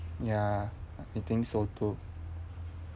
ya I think so too